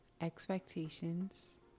expectations